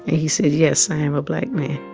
he said, yes, i am a black man